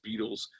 Beatles